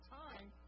time